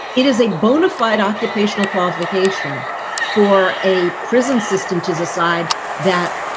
it is a bona fide occupational qualification for a prison system to decide that.